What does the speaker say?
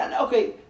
Okay